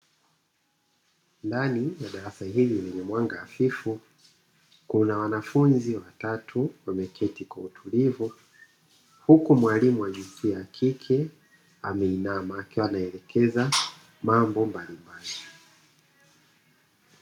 Ndani ya darasa hili lenye mwaga hafifu kuna wanafunzi watatu wameketi kwa utulivu huku mwalimu wa jinsia ya kike ameinama akiwa anaelekeza mambo mbalimbali.